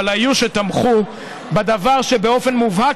אבל היו שתמכו בדבר שבאופן מובהק,